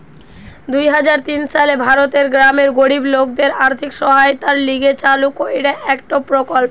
দুই হাজার তিন সালে ভারতের গ্রামের গরিব লোকদের আর্থিক সহায়তার লিগে চালু কইরা একটো প্রকল্প